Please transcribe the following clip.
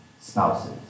spouses